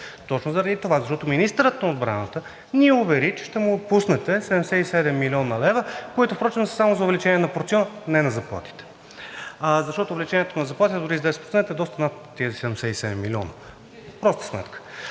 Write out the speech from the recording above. Точно заради това, защото министърът на отбраната ни увери, че ще му отпуснете 77 млн. лв., които впрочем са само за увеличение на порциона, не на заплатите, защото увеличението на заплатите дори и с 10% е доста над тези 77 милиона. Проста сметка!